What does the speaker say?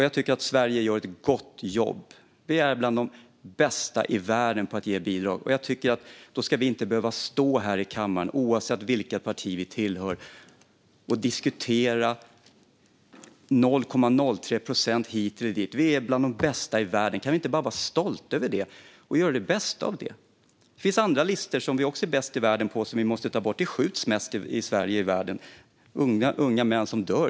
Jag tycker att Sverige gör ett gott jobb. Vi är bland de bästa i världen på att ge bidrag, och då tycker jag inte att vi ska behöva stå här i kammaren, oavsett vilket parti vi tillhör, och diskutera 0,03 procentenhetet hit eller dit. Vi är bland de bästa i världen - kan vi inte bara vara stolta över det och göra det bästa av det? Det finns andra listor där vi också ligger högst och som vi måste bort ifrån. Det skjuts mest i Sverige i världen. Unga män dör.